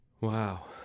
Wow